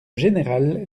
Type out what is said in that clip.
générale